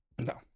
No